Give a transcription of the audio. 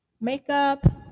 makeup